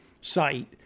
site